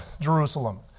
Jerusalem